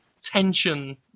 tension